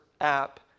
app